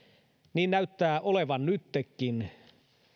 niin näyttää olevan nyttenkin